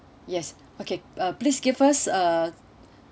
yes okay please give us a